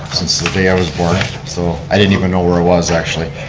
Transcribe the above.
since the day i was born. so i didn't even know where i was actually.